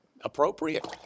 appropriate